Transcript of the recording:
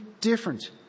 different